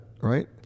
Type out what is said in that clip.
right